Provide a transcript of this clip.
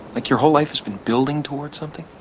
like your whole life has been building toward something?